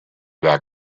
back